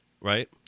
Right